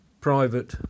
private